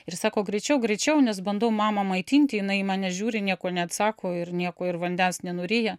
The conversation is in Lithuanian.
ir sako greičiau greičiau nes bandau mamą maitinti jinai į mane žiūri nieko neatsako ir nieko ir vandens nenuryja